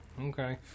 Okay